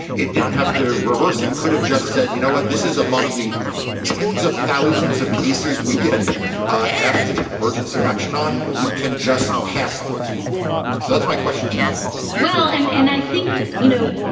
it didn't have to reverse it. it could've just said, you know what? this is among the tens of thousands of cases we get asked to take emergency action on. we can just pass on this one. so that's my question to you well, and and i think, you know,